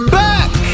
back